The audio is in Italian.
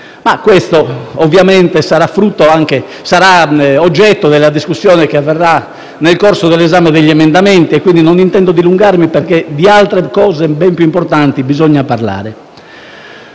ma questo, ovviamente, sarà oggetto della discussione che avverrà nel corso dell'esame degli emendamenti e quindi non intendo dilungarmi perché di altre cose ben più importanti bisogna parlare.